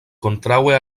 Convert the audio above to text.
kontraŭe